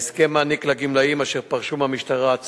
ההסכם מעניק לגמלאים אשר פרשו מהמשטרה עד